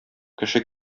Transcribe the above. кеше